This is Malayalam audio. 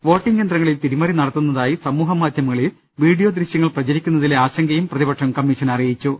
വോട്ടിംഗ് യന്ത്രങ്ങളിൽ തിരിമറി നടത്തുന്ന തായി സമൂഹമാധ്യമങ്ങളിൽ വീഡിയോ ദൃശ്യങ്ങൾ പ്രചരിക്കുന്നതിലെ ആശങ്കയും പ്രതിപക്ഷം കമ്മീഷനെ അറിയിച്ചു